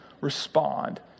respond